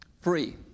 Free